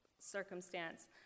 circumstance